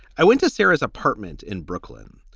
i went to sarah's apartment in brooklyn.